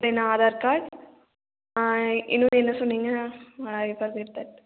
தென் Aadhaar card ஆ இன்னொன்று என்ன சொன்னீங்க ஆ ஐ ஃபார்காட் தட்